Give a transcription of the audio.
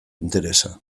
interesa